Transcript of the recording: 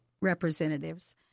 representatives